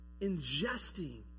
ingesting